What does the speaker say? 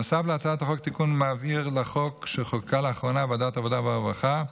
נוסף בהצעת החוק תיקון מבהיר לחוק שחוקקה לאחרונה ועדת העבודה והרווחה.